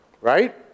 Right